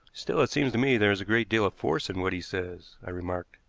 still, it seems to me there is a great deal of force in what he says, i remarked.